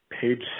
page